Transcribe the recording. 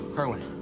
irwin,